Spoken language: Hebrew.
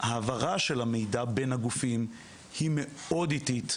ההעברה של המידע בין הגופים היא מאוד איטית,